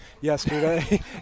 yesterday